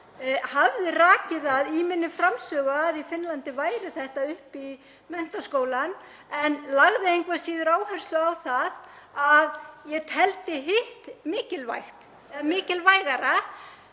hafði rakið það í minni framsögu að í Finnlandi væri þetta upp í menntaskólann en lagði engu að síður áherslu á að ég teldi hitt mikilvægara